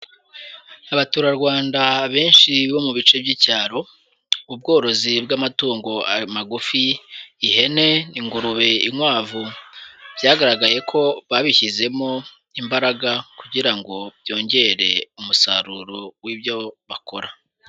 Abaturarwanda benshi bo mu bice by'icyaro, ubworozi bw'amatungo magufi ihene, ingurube, n'inkwavu byagaragaye ko babishyizemo imbaraga kugira ngo byongere umusaruro w'ibyo bakora.